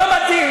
לא מתאים,